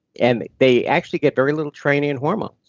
and they they actually get very little training in hormones.